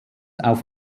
auf